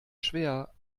schwer